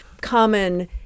common